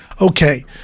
Okay